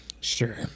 Sure